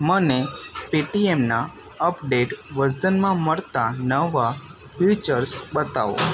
મને પેટીએમના અપડેટેડ વર્ઝનમાં મળતાં નવા ફીચર્સ બતાવો